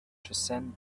transcend